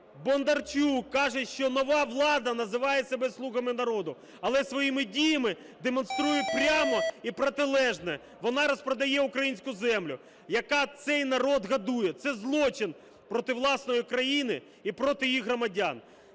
Бондарчук каже, що нова влада називає себе "слугами народу", але своїми діями демонструє прямо протилежне: вона розпродає українську землю, яка цей народ годує. Це злочин проти власної країни і проти її громадян!